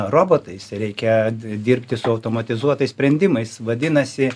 robotais reikia dirbti su automatizuotais sprendimais vadinasi